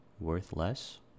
Worthless